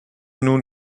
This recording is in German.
nun